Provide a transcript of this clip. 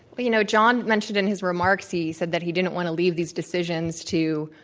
but you know, john mentioned in his remarks, he said that he didn't want to leave these decisions to,